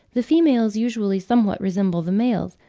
the females usually somewhat resemble the males,